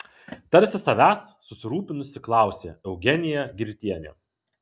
tarsi savęs susirūpinusi klausė eugenija girtienė